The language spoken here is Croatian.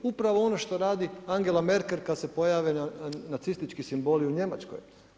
Upravo ono što radi Angela Merkel kad se pojave nacistički simboli u Njemačkoj.